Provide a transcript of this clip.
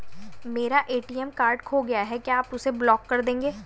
मेरा ATM card खो गया है क्या आप उसे ब्लॉक कर देंगे?